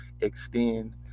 extend